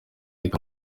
ariko